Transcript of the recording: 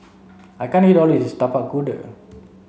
I can't eat all of this Tapak Kuda